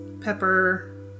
Pepper